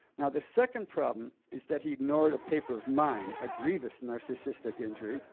now, the second problem is that he ignored a paper of mine, a grievous narcissistic injury,